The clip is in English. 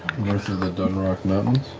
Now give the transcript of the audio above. the dunrock mountains?